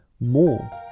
more